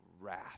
wrath